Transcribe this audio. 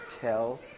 tell